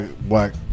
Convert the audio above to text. Black